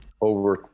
over